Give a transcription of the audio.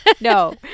no